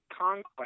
conquest